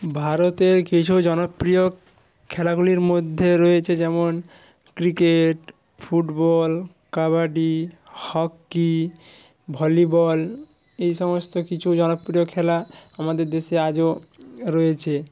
ভারতের কিছু জনপ্রিয় খেলাগুলির মধ্যে রয়েছে যেমন cricket football kabaddi hockey volleyball এই সমস্ত কিছু জনপ্রিয় খেলা আমাদের দেশে আজও রয়েছে